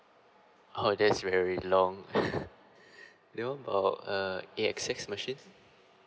oh that's very long you know uh A_X_S machine